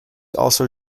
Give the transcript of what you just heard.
also